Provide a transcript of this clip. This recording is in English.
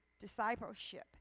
discipleship